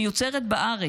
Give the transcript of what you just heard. מיוצרת בארץ.